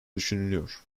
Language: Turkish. düşünülüyor